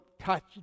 touch